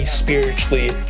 spiritually